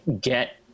get